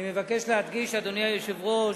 אני מבקש להדגיש, אדוני היושב-ראש,